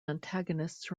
antagonists